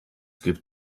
gibt